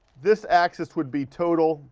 this axis would be total